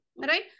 right